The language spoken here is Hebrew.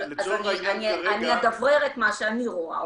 אבל אני אדברר את מה שאני רואה.